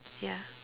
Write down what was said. ya